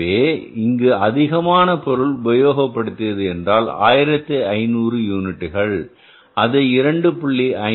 எனவே இங்கு அதிகப்படியான பொருள் உபயோகப்படுத்தியது என்றால் 1500 யூனிட்டுகள் அதை 2